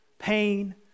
pain